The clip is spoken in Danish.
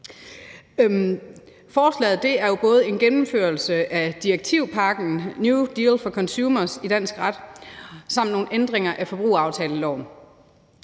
Forslaget er jo både en gennemførelse af direktivpakken New Deal for Consumers i dansk ret og nogle ændringer af forbrugeraftaleloven.